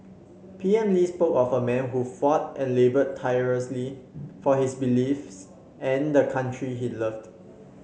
P M Lee spoke of a man who fought and laboured tirelessly for his beliefs and the country he loved